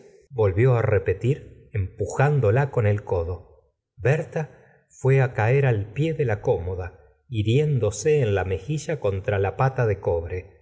volvió repetir empujándola con el codo berta fué á caer al pie de la cómoda hiriéndose en la mejilla contra la pata de cobre